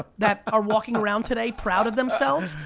ah that are walking around today proud of themselves,